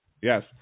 yes